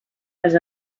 els